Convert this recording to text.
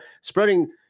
spreading